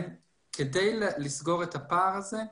כדי לסגור את הפער הזה,